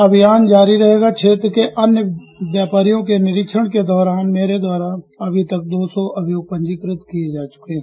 अभियान चलता रहेगा क्षेत्र के अन्य व्यापारियों के निरीक्षण के दौरान मेरे द्वारा दो सौ अभियोग पंजीकृत किये जा चुके हैं